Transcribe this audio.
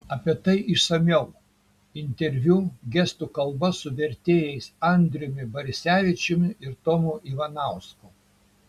apie tai išsamiau interviu gestų kalba su vertėjais andriumi barisevičiumi ir tomu ivanausku